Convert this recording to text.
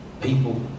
people